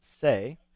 say